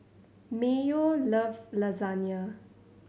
Mayo loves Lasagna